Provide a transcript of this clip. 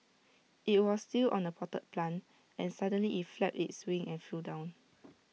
IT was still on A potted plant and suddenly IT flapped its wings and flew down